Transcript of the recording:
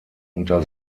unter